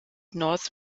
north